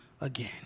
again